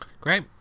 Great